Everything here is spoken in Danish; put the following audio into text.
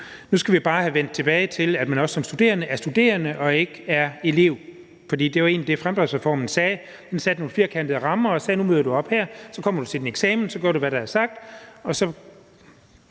Nu skal vi bare vende tilbage til, at man også som studerende er studerende og ikke er elev, for det var egentlig det, fremdriftsreformen sagde. Den satte nogle firkantede rammer og sagde, at nu møder du op her, så kommer du til din eksamen, så gør du, hvad der bliver sagt.